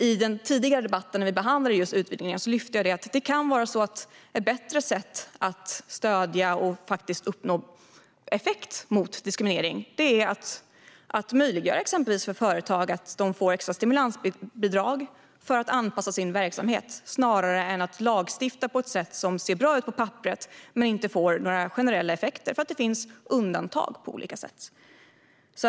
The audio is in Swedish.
I en tidigare debatt när vi behandlade just utvidgningar lyfte jag upp att ett bättre sätt att uppnå effekt mot diskriminering kan vara att möjliggöra för företag att få extra stimulansbidrag för att anpassa sin verksamhet i stället för att lagstifta på ett sätt som ser bra ut på papperet men inte får några generella effekter eftersom det finns olika undantag.